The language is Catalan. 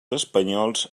espanyols